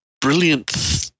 brilliant